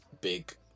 big